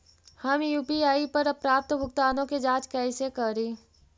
हम यु.पी.आई पर प्राप्त भुगतानों के जांच कैसे करी?